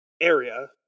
area